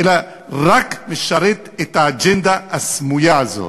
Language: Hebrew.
אלא זה רק משרת את האג'נדה הסמויה הזאת.